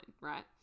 right